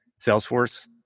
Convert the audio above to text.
Salesforce